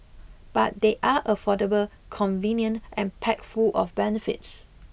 but they are affordable convenient and packed full of benefits